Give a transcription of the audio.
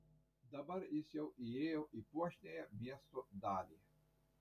dabar jis jau įėjo į puošniąją miesto dalį